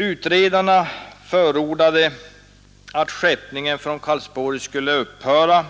Utredarna förordade att skeppningen från Karlsborg skulle upphöra;